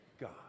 God